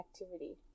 activity